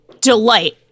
delight